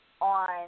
on